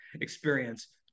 experience